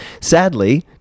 Sadly